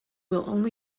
will